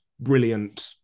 brilliant